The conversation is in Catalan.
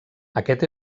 aquest